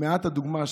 מעט הדוגמה,